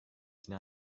der